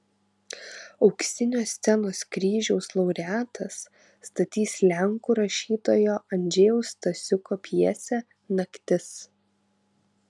auksinio scenos kryžiaus laureatas statys lenkų rašytojo andžejaus stasiuko pjesę naktis